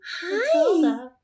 Hi